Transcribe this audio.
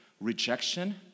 rejection